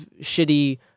shitty